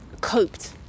coped